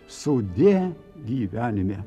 sudie gyvenime